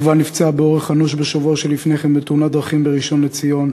יובל נפצעה באורח אנוש בשבוע שלפני כן בתאונת דרכים בראשון-לציון,